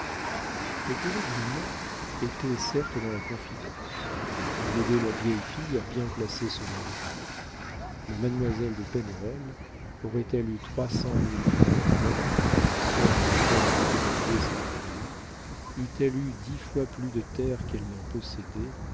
le curé grimont était certes dans la confidence il aidait la vieille fille à bien placer son argent mais mademoiselle de pen hoël aurait-elle eu trois cent mille francs en or somme à laquelle étaient évaluées ses économies eût-elle eu dix fois plus de terres qu'elle n'en possédait